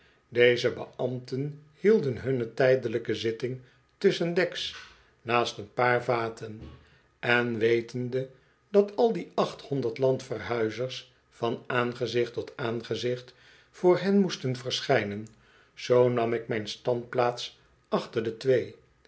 deze beambten hielden hunne tijdelijke zitting tusschendeks naast een paar vaten en wetende dat al die achthonderd landverhuizers van aangezicht tot aangezicht voor hen moesten verschijnen zoo nam ik mijn staanplaats achter de twee